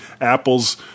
Apple's